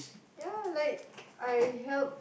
ya like I help